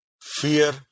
fear